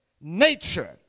nature